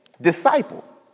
disciple